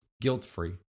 guilt-free